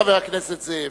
חבר הכנסת זאב,